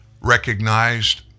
recognized